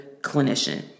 clinician